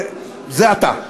זה עתה,